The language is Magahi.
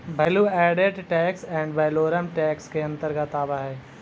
value added tax ad valorem tax के अंतर्गत आवऽ हई